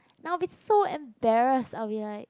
I'll be so embarrassed I'll be like